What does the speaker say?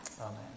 Amen